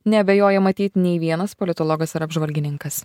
neabejoja matyt nei vienas politologas ar apžvalgininkas